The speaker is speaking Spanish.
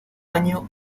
año